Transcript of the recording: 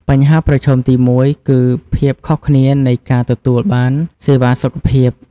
បញ្ហាប្រឈមទីមួយគឺភាពខុសគ្នានៃការទទួលបានសេវាសុខភាព។